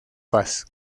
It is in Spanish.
paz